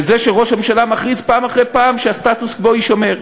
וזה כשראש הממשלה מכריז פעם אחרי פעם שהסטטוס-קוו יישמר.